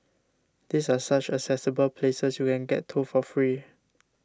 these are such accessible places you can get to for free